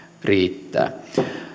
riittää